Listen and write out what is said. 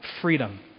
freedom